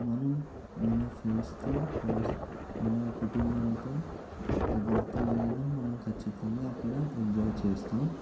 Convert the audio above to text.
మనం మన ఫ్రెండ్స్తో మన కుటుంబాలతో ఎవరితో వెళ్ళిన మనం కచ్చితంగా అక్కడ ఎంజాయ్ చేస్తాం